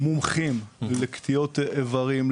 מומחים לקטיעות איברים,